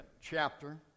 chapter